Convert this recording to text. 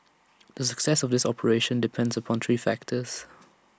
the success of this operation depends upon three factors